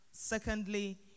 Secondly